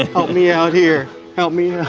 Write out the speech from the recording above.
help me out here, help me yeah